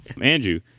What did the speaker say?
Andrew